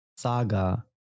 saga